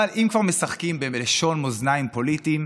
אבל אם כבר משחקים בלשון מאזניים פוליטיים,